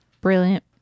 Brilliant